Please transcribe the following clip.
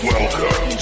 Welcome